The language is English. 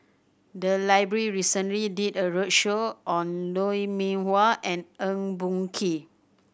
the library recently did a roadshow on Lou Mee Wah and Eng Boh Kee